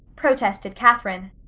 protested catherine.